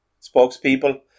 spokespeople